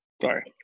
sorry